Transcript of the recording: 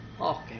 Okay